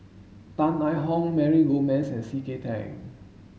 Tan I Tong Mary Gomes and C K Tang